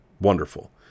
wonderful